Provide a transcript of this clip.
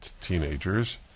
teenagers